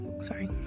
sorry